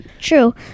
True